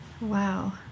Wow